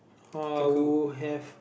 uh I would have